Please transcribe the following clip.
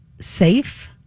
safe